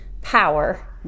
power